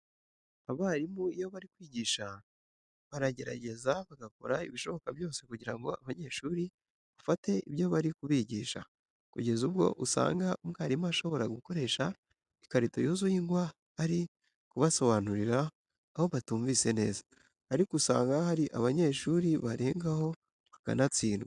Abarimu iyo bari kwigisha baragerageza bagakora ibishoboka byose kugira ngo abanyeshuri bafate ibyo bari kubigisha, kugeza ubwo usanga umwarimu ashobora gukoresha ikarito yuzuye ingwa ari kubasobanurira aho batumvise neza, ariko usanga hari abanyeshuri barengaho bakanatsindwa.